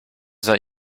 that